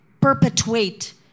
perpetuate